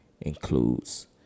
includes